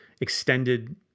extended